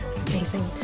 Amazing